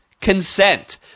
consent